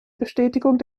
bestätigung